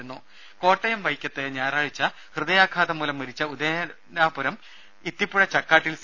രുമ കോട്ടയം വൈക്കത്ത് ഞായറാഴ്ച ഹൃദയാഘാതം മൂലം മരിച്ച ഉദയനാപുരം ഇത്തിപ്പുഴ ചാക്കാട്ടിൽ സി